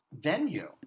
venue